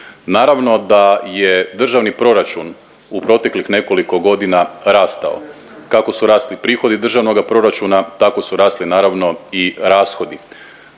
Naravno da je državni proračun u proteklih nekoliko godina rastao kako su rasli prihodi državnoga proračuna tako su rasli naravno i rashodi.